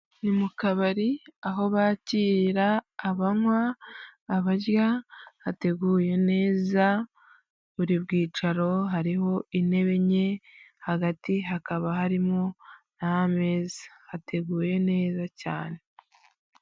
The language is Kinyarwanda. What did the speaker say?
Ni mu kabari aho bakira abanywa, abarya, hateguye neza, buri bwicaro hariho intebe enye, hagati hakaba harimo n'ameza. Hateguye neza cyane.